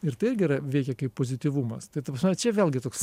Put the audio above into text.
ir tai irgi yra veikia kaip pozityvumas tai ta prasme čia vėlgi toks